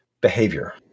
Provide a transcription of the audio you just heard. behavior